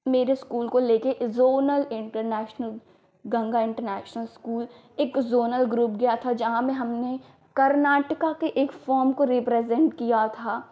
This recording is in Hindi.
मेरे स्कूल को लेकर zonal international Ganga international school एक ज़ोनल ग्रुप गया था जहाँ में हमने कर्नाटक के एक फ़ॉर्म को रिप्रेजेन्ट किया था